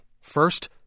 First